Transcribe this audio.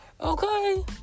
okay